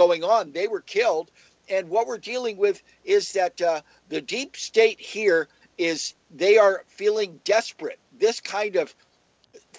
going on they were killed and what we're dealing with is that the deep state here is they are feeling desperate this kind of